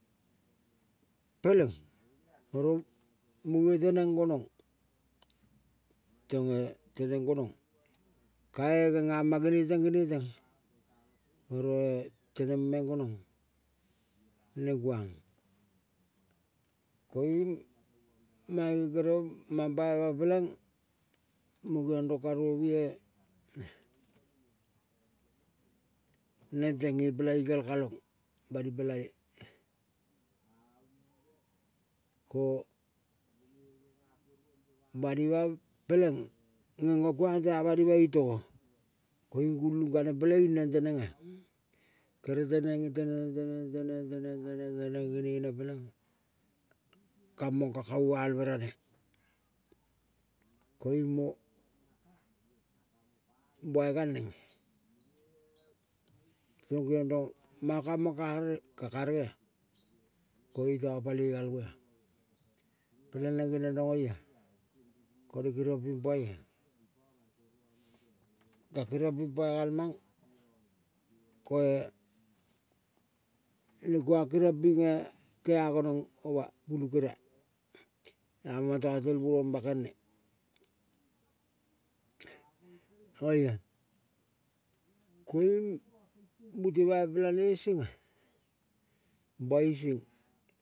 Peleng oro munge teneng gonong, tonge teneng gonong. Kae gengama gene teng, gene teng, oroe teneng meng gonong, neng kuang koiung mange kere mambaima peleng mo geong rong karoue neng teng nge pela ikel kalong bani pelane ko bani ma peleng ngenga kuang tea banima. Itogo koiung gulang kaneng peleing neng tenenga, tere teneng, teneng, teneng, teneng, teneng, teneng, teneng genene peleing kamka kavalve ranea. Koiung mo bai gal neng, koiung keaneng tong manga kamang ka rel ka karegea. Koiung iota paloi gal ngoa, peleng neng geniong rong oia kone keriong ping paia. Ka keriong ping paigal mang koe ne kuang keriong pinge kea gonong oma, pulu keria amang tatel busong bakel ne. Koiung mute bai pelane senga bai iseng.